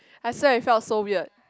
I swear I felt so weird